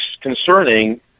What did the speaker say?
concerning